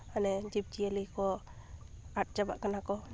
ᱦᱟᱱᱮ ᱡᱤᱵᱽᱼᱡᱤᱭᱟᱹᱞᱤ ᱠᱚ ᱟᱫ ᱪᱟᱵᱟᱜ ᱠᱟᱱᱟ ᱠᱚ